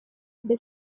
del